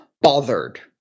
bothered